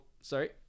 sorry